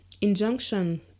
injunction